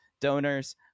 donors